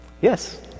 Yes